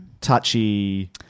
touchy